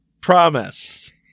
Promise